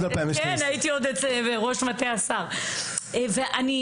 אני מסתכלת על זה ואומרת